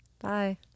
bye